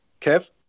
Kev